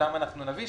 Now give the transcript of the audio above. שאותם נביא.